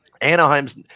Anaheim's